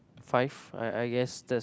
five I I guess that's